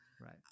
right